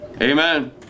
Amen